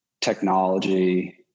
technology